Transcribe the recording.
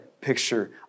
picture